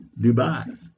Dubai